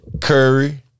Curry